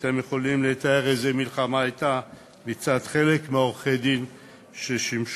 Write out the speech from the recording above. ואתם יכולים לתאר איזו מלחמה הייתה מצד חלק מעורכי-הדין ששימשו,